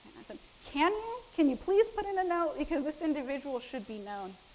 and i said, can you, can you please put in a note? because, this individual should be known.